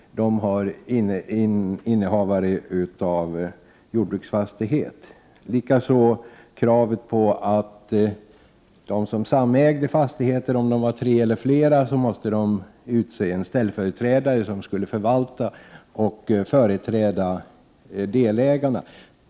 Likaså bestämde riksdagen att om tre eller flera personer samäger en fastighet måste de utse en ställföreträdare som skall förvalta och företräda delägarna.